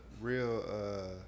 real